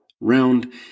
round